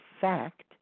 fact